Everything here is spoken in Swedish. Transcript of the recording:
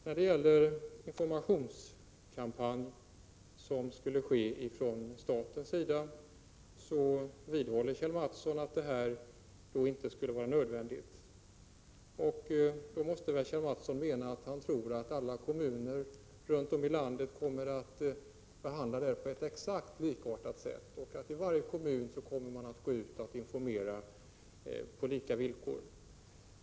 Kjell A. Mattsson vidhåller att det inte skulle vara nödvändigt med en informationskampanj från statens sida. Då måste Kjell A. Mattsson anse att alla kommuner runt om i landet kommer att behandla frågan på exakt likartat sätt och att man i varje kommun kommer att gå ut och informera på lika villkor.